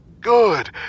Good